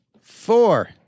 Four